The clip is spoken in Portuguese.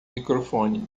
microfone